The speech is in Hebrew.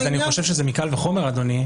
אני אתחיל מהנקודה הראשונה: